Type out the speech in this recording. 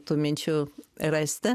tų minčių rasti